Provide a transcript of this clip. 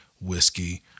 whiskey